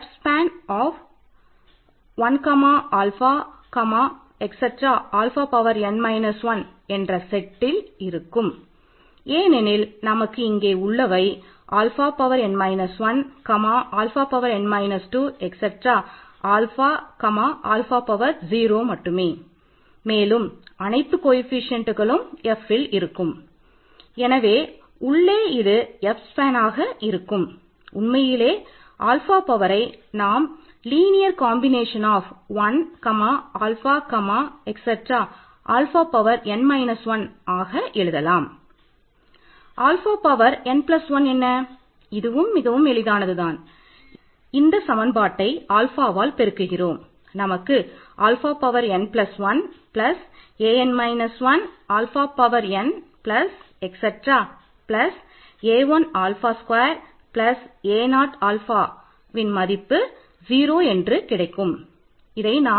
f n 1 ஆக எழுதலாம்